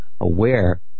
aware